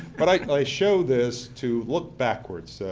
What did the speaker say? but i show this to look backwards,